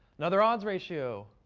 another odds ratio,